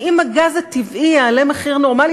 כי אם הגז הטבעי יעלה מחיר נורמלי,